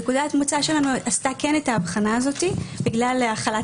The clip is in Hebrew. נקודת המוצא שלנו עשתה את ההבחנה הזאת בגלל החלת